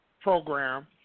program